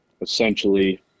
essentially